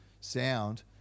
sound